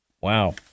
Wow